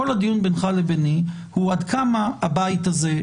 כל הדיון בינך וביני הוא עד כמה הבית הזה,